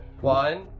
One